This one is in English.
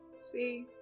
See